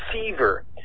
receiver